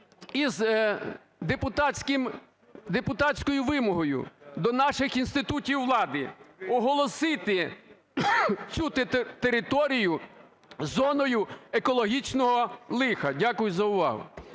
із депутатською вимогою до наших інститутів влади оголосити цю територію зоною екологічного лиха. Дякую за увагу.